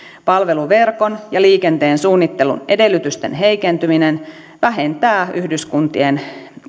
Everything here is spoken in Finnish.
palveluverkon ja liikenteen suunnittelun edellytysten heikentyminen vähentää yhdyskuntien